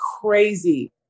crazy